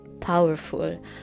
powerful